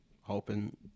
hoping